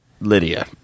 Lydia